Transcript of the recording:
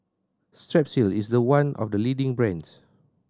Strepsils is one of the leading brands